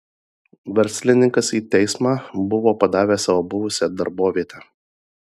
verslininkas į teismą buvo padavęs savo buvusią darbovietę